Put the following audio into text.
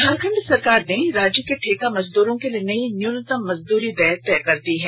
झारखंड सरकार ने राज्य के ठेका मजदूरों के लिए नई न्यूनतम मजदूरी दर तय कर दी है